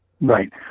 right